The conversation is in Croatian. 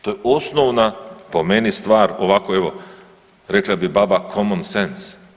To je osnovna po meni stvar ovako evo rekla bi baba comnon sense.